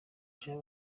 jean